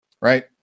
right